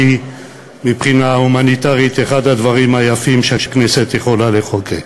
שמבחינה הומניטרית היא אחד הדברים היפים שהכנסת יכולה לחוקק.